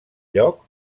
lloc